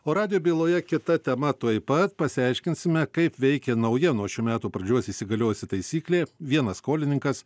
o radijo byloje kita tema tuoj pat pasiaiškinsime kaip veikia nauja nuo šių metų pradžios įsigaliojusi taisyklė vienas skolininkas